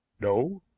no.